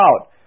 out